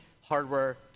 hardware